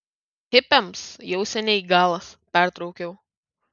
hipiams jau seniai galas pertraukiau